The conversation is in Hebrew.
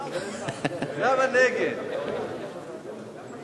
העיריות (מינוי מבקר שאיננו תושב העירייה),